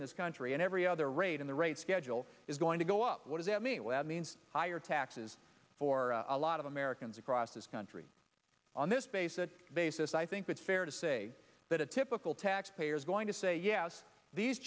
in this country and every other rate in the rate schedule is going to go what does that mean webb means higher taxes for a lot of americans across this country on this base that basis i think it's fair to say that a typical tax payer's going to say yes these